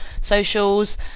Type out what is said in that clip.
socials